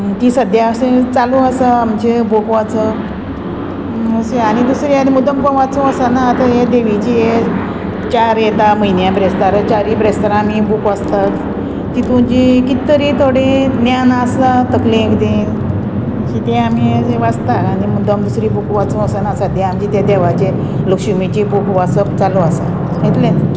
ती सद्द्या अशें चालू आसा आमचे बूक वाचप अशें आनी दुसरी आनी मुद्दम कोण वाचूं वचना आतां हे देवीची हे चार येता म्हयन्या ब्रेस्तार चारूय ब्रेस्तारां बूक वाचतात तितून जी कित तरी थोडें ज्ञान आसा तकलेंत कितें अशी तें आमी अशें वाचता आनी मुद्दम दुसरी बूक वाचूं वचना सद्या आमचे ते देवाचे लक्ष्मीची बूक वाचप चालू आसा इतलेंच